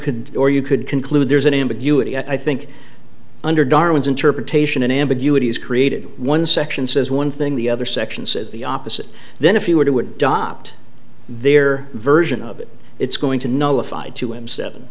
could or you could conclude there's an ambiguity i think under darwin's interpretation an ambiguity is created one section says one thing the other section says the opposite then if you were to adopt their version of it it's going to nullify to him seven